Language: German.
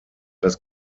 das